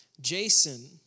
Jason